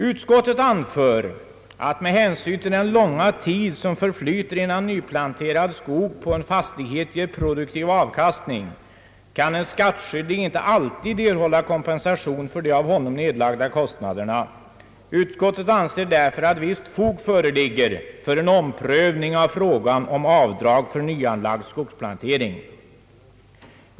Utskottet anför att med hänsyn till den långa tid, som förflyter innan nyplanterad skog på en fastighet ger produktiv avkastning, kan en skattskyldig inte alltid erhålla kompensation för de av honom nedlagda kostnaderna för nyodling av skog. Utskottet anser därför att visst fog föreligger för en omprövning av frågan om avdrag för nyanlagd skogsplantering.